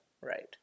Right